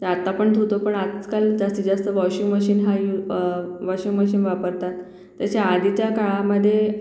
तर आता पण धुतो पण आजकाल जास्तीत जास्त वॉशिंग मशिन हा यू वॉशिंग मशिन वापरतात त्याच्या आधीच्या काळामध्ये